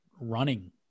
running